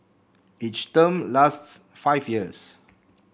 each term lasts five years